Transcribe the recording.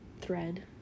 thread